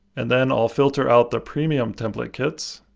and then i'll filter out the premium template kits.